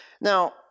Now